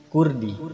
Kurdi